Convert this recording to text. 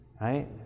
right